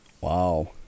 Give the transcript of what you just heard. Wow